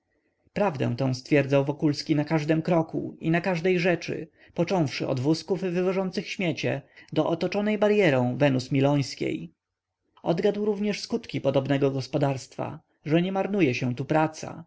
prawdę tę stwierdzał wokulski na każdym kroku i na każdej rzeczy począwszy od wózków wywożących śmiecie do otoczonej baryerą wenus milońskiej odgadł również skutki podobnego gospodarstwa że nie marnuje się tu praca